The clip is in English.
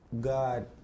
God